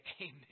Amen